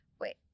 wait